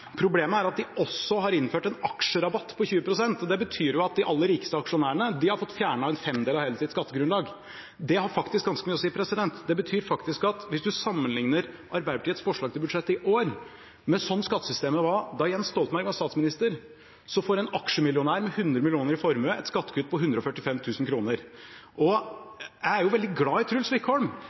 Problemet er at de også har innført en aksjerabatt på 20 pst., og det betyr at de aller rikeste aksjonærene har fått fjernet en femdel av sitt skattegrunnlag. Det har faktisk ganske mye å si. Det betyr at hvis man sammenligner Arbeiderpartiets forslag til budsjett i år med sånn skattesystemet var da Jens Stoltenberg var statsminister, får en aksjemillionær med 100 mill. kr i formue et skattekutt på 145 000 kr. Jeg er jo veldig glad i Truls Wickholm.